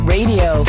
Radio